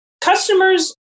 Customers